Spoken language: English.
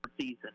season